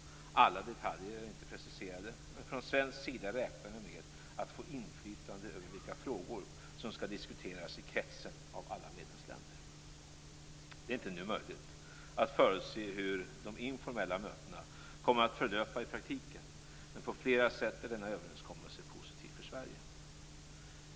Alla detaljer är inte preciserade, men från svensk sida räknar vi med att få inflytande över vilka frågor som skall diskuteras i kretsen av alla medlemsländer. Det är inte nu möjligt att förutse hur de informella mötena kommer att förlöpa i praktiken. Men på flera sätt är denna överenskommelse positiv för Sverige.